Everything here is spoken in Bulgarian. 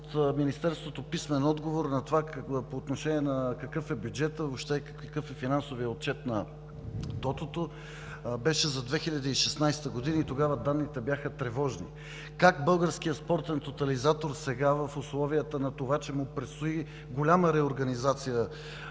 Министерството писмен отговор по отношение на какъв е бюджетът, въобще какъв е финансовият отчет на Тотото, беше за 2016 г. и тогава данните бяха тревожни. Как Българският спортен тотализатор сега в условията на това, че му предстои голяма реорганизация,